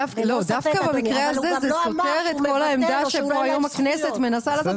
דווקא במקרה הזה זה סותר את כל העמדה שבו היום בכנסת מנסה לעשות.